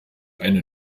eine